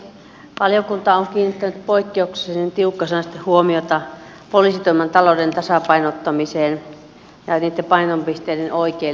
valiokunta on kiinnittänyt poikkeuksellisen tiukkasanaista huomiota poliisitoimen talouden tasapainottamiseen ja painopisteiden oikeellisuuteen